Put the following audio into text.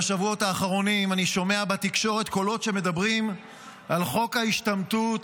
בשבועות האחרונים אני שומע בתקשורת קולות שמדברים על חוק ההשתמטות,